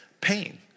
pain